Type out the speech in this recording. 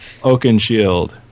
Oakenshield